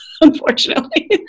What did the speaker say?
unfortunately